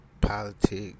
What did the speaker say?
politics